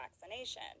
vaccination